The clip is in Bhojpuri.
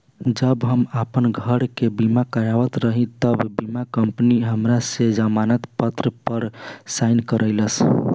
जब हम आपन घर के बीमा करावत रही तब बीमा कंपनी हमरा से जमानत पत्र पर साइन करइलस